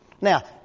Now